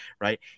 right